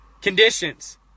conditions